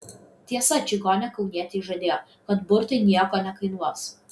tiesa čigonė kaunietei žadėjo kad burtai nieko nekainuos